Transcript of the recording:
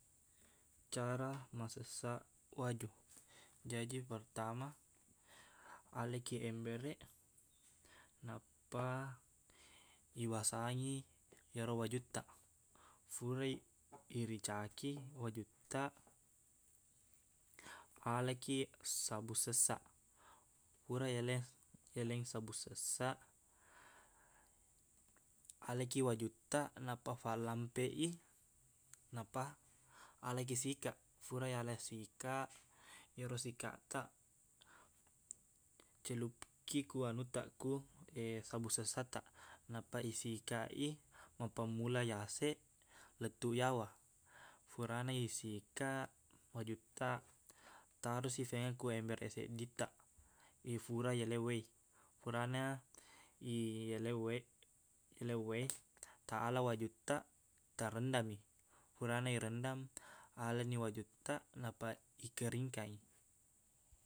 Cara masessaq waju. Jaji pertama, alekiq embereq, nappa ibasangi ero wajuttaq. Fure iricaki wajuttaq, alakiq sabung sessaq. Fura yale- yaleng sabung sessaq, alakiq wajuttaq, nappa fallampeq i, nappa alakiq sikaq. Fura yala sikaq, ero sikattaq celupki ku anuttaq, ku sabung sessattaq. Nappa isikaq i mappammula yaseq lettuq yawa. Furana isikaq wajuttaq, tarosi femeng ko embereq seddittaq ifura iyaleng wae. Furana iyaleng wae- iyaleng wae, ta ala wajuttaq tarendam i. Furana irendam, alani wajuttaq, nappa ikeringkangngi.